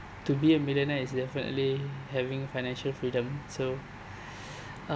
to be a millionaire is definitely having financial freedom so